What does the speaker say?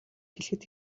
хэлэхэд